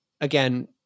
again